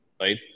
right